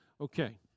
Okay